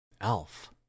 Elf